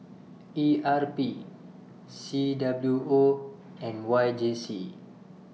E R P C W O and Y J C